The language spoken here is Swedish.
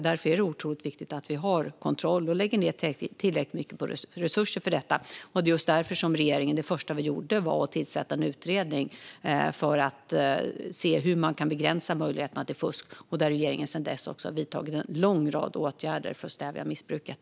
Därför är det otroligt viktigt att vi har kontroll och lägger ned tillräckligt mycket med resurser på detta. Det första regeringen gjorde var därför att tillsätta en utredning för att se hur man kan begränsa möjligheterna till fusk. Regeringen har sedan dess också vidtagit en lång rad åtgärder för att stävja missbruket.